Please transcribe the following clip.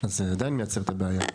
אז זה עדיין מייצר את הבעיה.